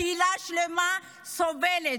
קהילה שלמה סובלת.